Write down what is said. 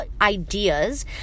ideas